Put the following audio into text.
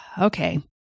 okay